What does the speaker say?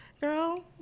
Girl